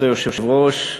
כבוד היושבת-ראש,